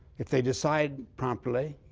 if they decide promptly,